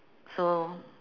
so